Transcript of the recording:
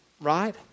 right